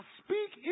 speak